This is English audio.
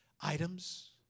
items